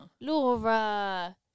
Laura